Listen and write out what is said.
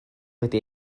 wedi